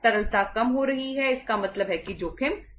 तरलता कम हो रही है इसका मतलब है कि जोखिम बढ़ रहा है